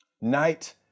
Night